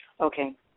Okay